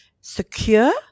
Secure